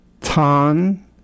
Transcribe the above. TAN